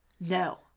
no